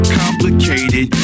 complicated